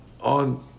on